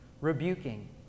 Rebuking